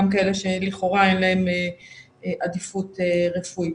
כאלה שלכאורה אין להם עדיפות רפואה.